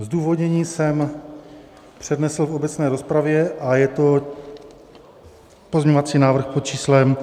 Zdůvodnění jsem přednesl v obecné rozpravě a je to pozměňovací návrh pod číslem 7045.